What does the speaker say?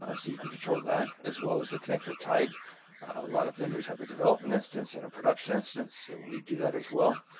you can control that, as well as the connector type. a lot of vendors have a development instance and a production instance, so we do that as well.